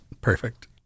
perfect